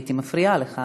הייתי מפריעה לך,